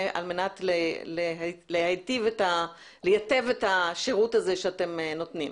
על מנת להיטיב את השירות הזה שאתם נותנים.